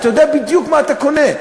אתה יודע בדיוק מה אתה קונה,